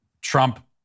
Trump